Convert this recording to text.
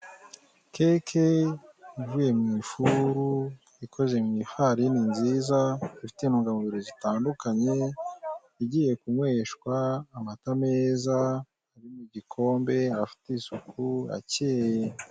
Keke ivuye mu ifuru, ikoze mu ifarini nziza, ifite intungamubiri zitandukanye, igiye kunyweshwa amata meza, ari mu gikombe, afite isuku, akeye.